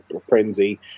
frenzy